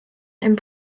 and